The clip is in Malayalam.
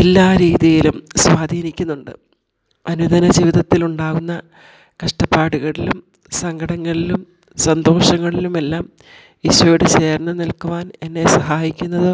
എല്ലാ രീതിയിലും സ്വാധീനിക്കുന്നുണ്ട് അനുദിന ജീവിതത്തിൽ ഉണ്ടാവുന്ന കഷ്ടപ്പാടുകളിലും സങ്കടങ്ങളിലും സന്തോഷങ്ങളിലുമെല്ലാം ഈശോയോട് ചേർന്നു നിൽക്കുവാൻ എന്നെ സഹായിക്കുന്നത്